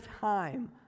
time